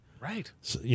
Right